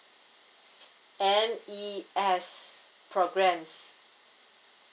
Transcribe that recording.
M E S programmes